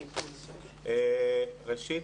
ראשית,